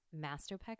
mastopexy